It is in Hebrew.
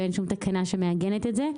ואין שום תקנה שמעגנת את זה.